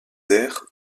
airs